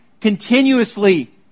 continuously